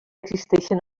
existeixen